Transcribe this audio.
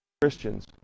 Christians